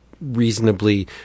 reasonably